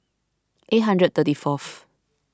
eight hundred thirty fourth